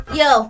yo